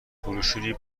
بروشوری